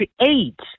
create